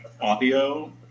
audio